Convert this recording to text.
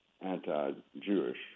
anti-Jewish